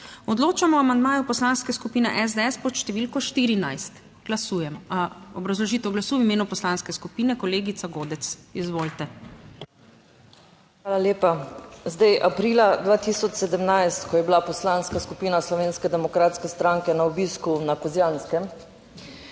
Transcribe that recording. Odločamo o amandmaju Poslanske skupine SDS pod številko 14. Glasujemo. Obrazložitev glasu v imenu poslanske skupine kolegica Godec, izvolite. JELKA GODEC (PS SDS): Hvala lepa. Zdaj aprila 2017, ko je bila Poslanska skupina Slovenske demokratske stranke na obisku na Kozjanskem,